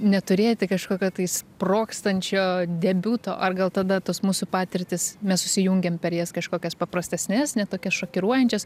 neturėti kažkokio tai sprogstančio debiuto ar gal tada tos mūsų patirtys mes susijungiam per jas kažkokias paprastesnes ne tokias šokiruojančias